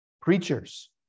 preachers